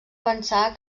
pensar